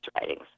writings